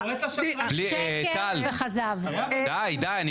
טל די די,